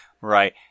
Right